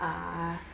ah